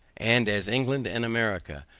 and as england and america,